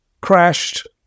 crashed